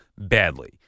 badly